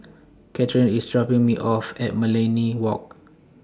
Katheryn IS dropping Me off At Millenia Walk